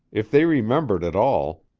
if they remembered at all,